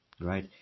right